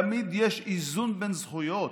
תמיד יש איזון בין זכויות.